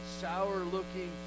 sour-looking